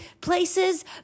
places